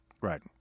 Right